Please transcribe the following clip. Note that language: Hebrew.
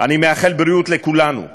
אני מאחל בריאות לכולנו,